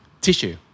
Tissue